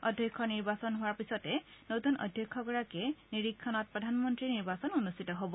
অধ্যক্ষৰ নিৰ্বাচিত হোৱাৰ পিছতে নতুন অধ্যক্ষগৰাকীৰ নিৰিক্ষণত প্ৰধানমন্ত্ৰীৰ নিৰ্বাচন অনুষ্ঠিত হ'ব